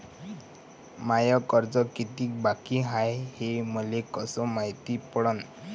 माय कर्ज कितीक बाकी हाय, हे मले कस मायती पडन?